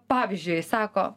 pavyzdžiui sako